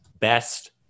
Best